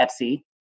Etsy